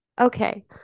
Okay